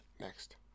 Next